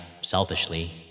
selfishly